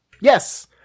Yes